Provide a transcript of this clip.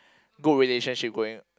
good relationship going